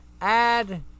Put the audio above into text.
Add